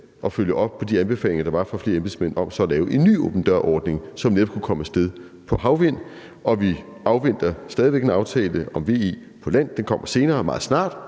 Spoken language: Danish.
at følge op på de anbefalinger, der var fra flere embedsmænd, om så at lave en ny åben dør-ordning for havvindmøller. Og vi afventer stadig væk en aftale om VE på land. Den kommer senere, og det